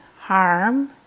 harm